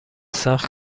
سخت